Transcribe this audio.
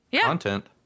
content